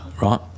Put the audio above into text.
Right